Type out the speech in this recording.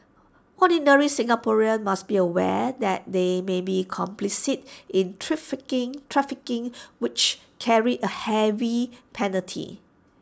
ordinary Singaporeans must be aware that they may be complicit in trafficking which carries A heavy penalty